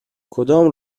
کدام